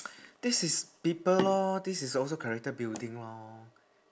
this is people lor this is also character building lor